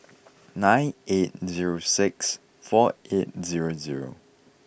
nine eight zero six four eight zero zero